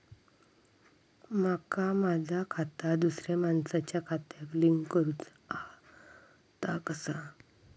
माका माझा खाता दुसऱ्या मानसाच्या खात्याक लिंक करूचा हा ता कसा?